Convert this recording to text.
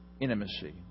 intimacy